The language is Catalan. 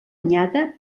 anyada